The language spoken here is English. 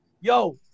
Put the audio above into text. yo